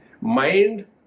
Mind